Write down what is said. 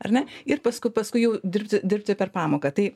ar ne ir paskui paskui jau dirbti dirbti per pamoką tai